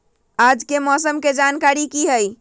आज के मौसम के जानकारी कि हई?